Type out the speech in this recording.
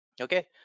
okay